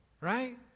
right